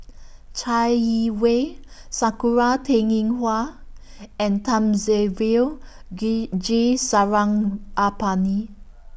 Chai Yee Wei Sakura Teng Ying Hua and Thamizhavel G Sarangapani